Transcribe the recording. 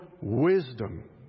wisdom